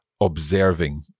observing